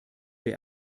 wir